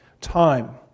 time